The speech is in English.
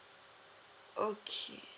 okay